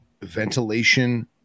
ventilation